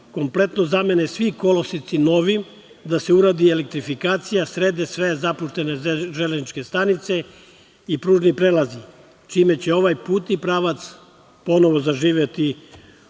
kompletno zamene svi koloseci novim, da se uradi elektrifikacija, srede sve zapuštene železničke stanice i pružni prelazi, čime će ovaj put i pravac ponovo zaživeti